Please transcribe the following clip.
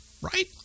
right